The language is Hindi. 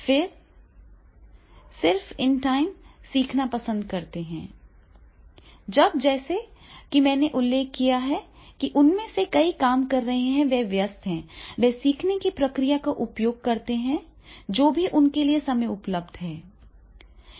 वे सिर्फ इन टाइम सीखना पसंद करते हैं अब जैसा कि मैंने उल्लेख किया है कि उनमें से कई काम कर रहे हैं वे व्यस्त हैं वे सीखने की प्रक्रिया का उपयोग करते हैं जो भी उनके लिए समय उपलब्ध है